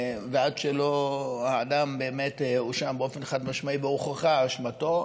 ועד שהאדם באמת לא הואשם באופן חד-משמעי והוכחה אשמתו,